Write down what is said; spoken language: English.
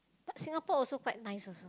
Singapore also quite nice also